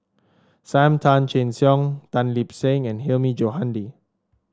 Sam Tan Chin Siong Tan Lip Seng and Hilmi Johandi